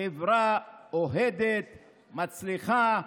חברה אוהדת, מצליחה.